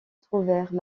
trouvèrent